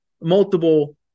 multiple